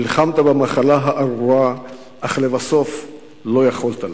נלחמת במחלה הארורה, אך לבסוף לא יכולת לה.